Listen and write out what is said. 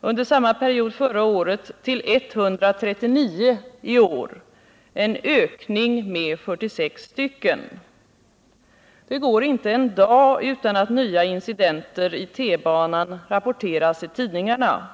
under samma period förra året till 139 i år — en ökning med 46 stycken! Det går inte en dag utan att nya incidenter i T-banan rapporteras i tidningarna.